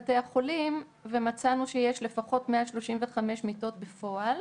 החולים, ומצאנו שיש לפחות 135 מיטות בפועל,